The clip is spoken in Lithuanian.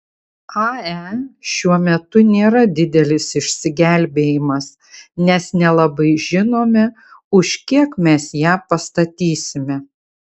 ae šiuo metu nėra didelis išsigelbėjimas nes nelabai žinome už kiek mes ją pastatysime